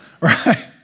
Right